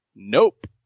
Nope